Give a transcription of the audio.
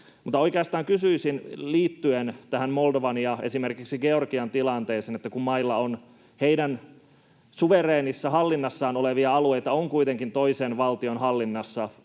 oikeastaan kysyisin liittyen esimerkiksi tähän Moldovan ja Georgian tilanteeseen: kun mailla on heidän suvereenissa hallinnassaan olevia alueita ja kun on kuitenkin toisen valtion hallinnassa muun